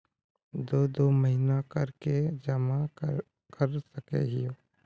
दो दो महीना कर के जमा कर सके हिये?